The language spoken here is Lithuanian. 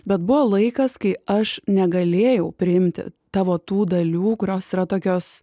bet buvo laikas kai aš negalėjau priimti tavo tų dalių kurios yra tokios